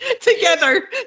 together